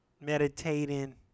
meditating